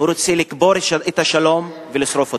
רוצה לקבור את השלום ולשרוף אותו.